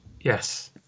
Yes